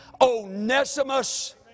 Onesimus